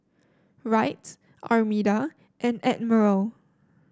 Wright Armida and Admiral